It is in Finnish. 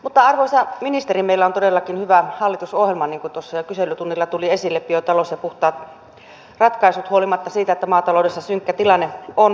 mutta arvoisa ministeri meillä on todellakin hyvä hallitusohjelma niin kuin tuossa jo kyselytunnilla tuli esille biotalous ja puhtaat ratkaisut huolimatta siitä että maataloudessa synkkä tilanne on